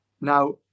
Now